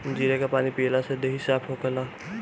जीरा के पानी पियला से देहि साफ़ होखेला